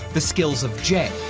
the skills of jay,